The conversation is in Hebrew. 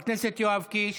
חבר הכנסת יואב קיש.